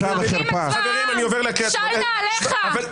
14,501,